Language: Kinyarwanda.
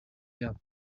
yabo